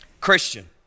Christian